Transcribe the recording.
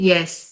Yes